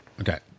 Okay